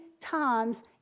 times